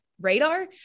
radar